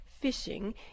Fishing